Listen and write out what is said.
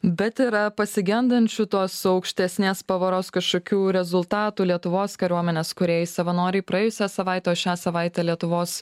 bet yra pasigendančių tos aukštesnės pavaros kažkokių rezultatų lietuvos kariuomenės kūrėjai savanoriai praėjusią savaitę o šią savaitę lietuvos